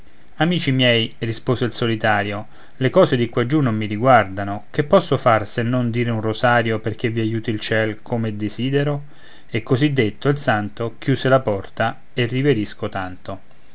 amici miei rispose il solitario le cose di quaggiù non mi riguardano che posso far se non dire un rosario perché vi aiuti il ciel come desidero e così detto il santo chiuse la porta e riverisco tanto